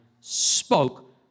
spoke